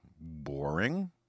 boring